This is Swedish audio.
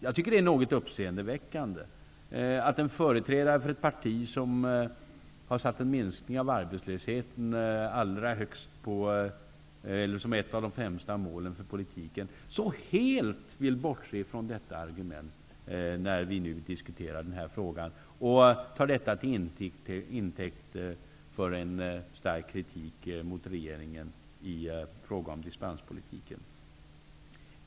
Jag tycker att det är något uppseendeväckande att en företrädare för ett parti som har en minskning av arbetslösheten som ett av de allra främsta målen så helt vill bortse från detta argument när vi diskuterar denna fråga och tar det till intäkt för en stark kritik mot regeringen i fråga om dispenspolitiken.